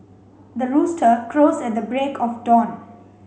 the rooster crows at the break of dawn